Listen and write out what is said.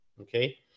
okay